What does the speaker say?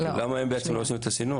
למה הם בעצם לא עושים את הסינון?